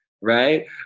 right